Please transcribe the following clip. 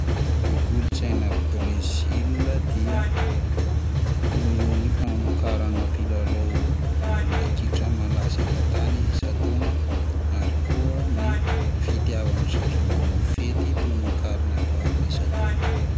Ny kolotsaina Brezila dia toy ny famokarana mpilalao baolina kitra malaza eran-tany isan-taona, ary koa ny fitiavan-ndry zareo manao fety tony karnavakina isan-taona.